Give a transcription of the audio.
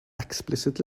explicit